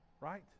right